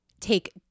take